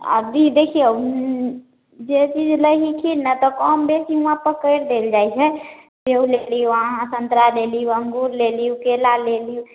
अब देखिऔ जे चीज लै हिखिन ने तऽ कम बेसी हुआँपर करि देल जाइ हइ सेब लेली वहाँ सन्तरा लेली अङ्गूर लेली केला लेली